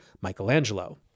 Michelangelo